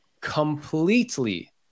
completely